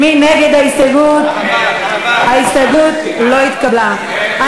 ההסתייגות לא התקבלה.